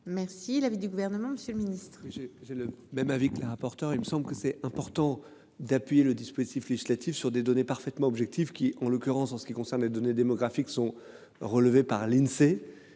Merci. L'avis du gouvernement, Monsieur le Ministre. J'ai j'ai le même avis que le rapporteur, il me semble que c'est important d'appuyer le dispositif législatif sur des données parfaitement objectif qui en l'occurrence en ce qui concerne les données démographiques sont relevés par l'Insee